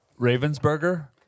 Ravensburger